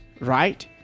right